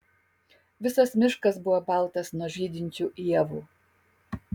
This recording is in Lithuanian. visas miškas buvo baltas nuo žydinčių ievų